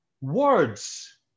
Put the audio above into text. Words